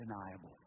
undeniable